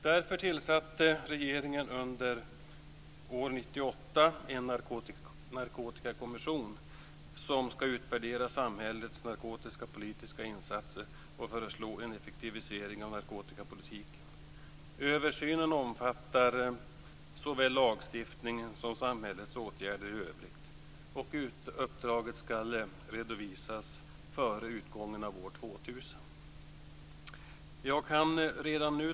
Därför tillsatte regeringen under 1998 en narkotikakommission som skulle utvärdera samhällets narkotikapolitiska insatser och föreslå en effektivisering av narkotikapolitiken. Översynen omfattar såväl lagstiftning som samhällets åtgärder i övrigt. Uppdraget ska redovisas före utgången av år 2000.